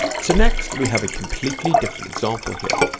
so next we have a completely different example here,